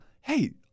hey